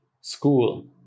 school